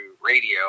radio